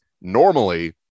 normally